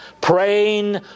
praying